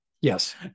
Yes